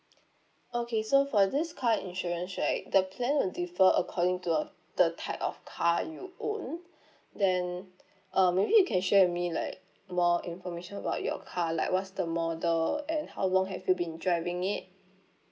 okay so for this car insurance right the plan will differ according to uh the type of car you own then uh maybe you can share with me like more information about your car like what's the model and how long have you been driving it